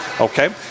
Okay